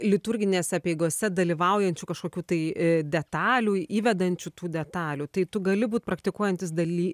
liturginėse apeigose dalyvaujančių kažkokių tai detalių įvedančių tų detalių tai tu gali būt praktikuojantis daly